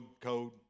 code